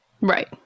Right